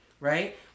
right